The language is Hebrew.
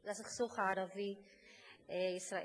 לסכסוך הערבי-ישראלי.